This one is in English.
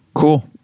Cool